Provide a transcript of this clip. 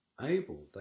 able